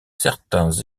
certains